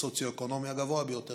בסוציו-אקונומי הגבוה ביותר,